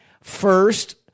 first